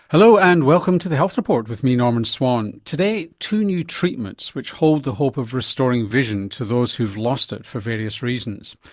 hello and welcome to the health report with me, norman swan. today, two new treatments which hold the hope of restoring vision to those who've lost it for various reasons.